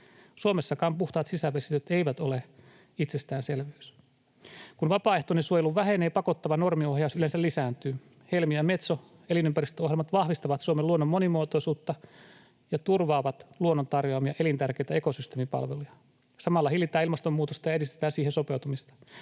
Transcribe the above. Suomessakaan puhtaat sisävesistöt eivät ole itsestäänselvyys. Kun vapaaehtoinen suojelu vähenee, pakottava normiohjaus yleensä lisääntyy. Helmi- ja Metso-elinympäristöohjelmat vahvistavat Suomen luonnon monimuotoisuutta ja turvaavat luonnon tarjoamia elintärkeitä ekosysteemipalveluja. Samalla hillitään ilmastonmuutosta ja edistetään siihen sopeutumista.